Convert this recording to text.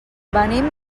venim